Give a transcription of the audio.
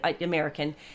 american